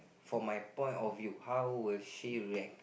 for my point of view how will she react